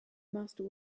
master